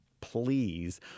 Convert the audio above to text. please